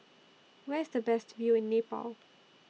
Where IS The Best View in Nepal